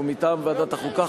ומטעם ועדת החוקה,